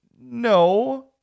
no